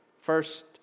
First